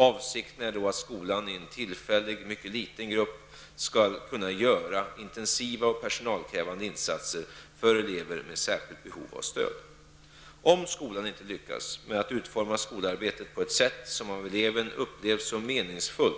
Avsikten är då att skolan i en tillfällig, mycket liten, grupp skall kunna göra intensiva och personalkrävande insatser för elever med särskilt behov av stöd. Om skolan inte lyckas med att utforma skolarbetet på ett sätt som av eleven upplevs som meningsfullt